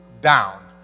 down